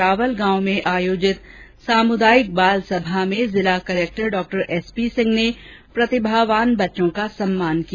रावल गांव में आयोजित सामुदायिक बाल सभा में जिला कलेक्टर डॉ एस पी सिंह ने प्रतिभावान बच्चों का सम्मान किया